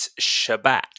Shabbat